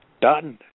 Done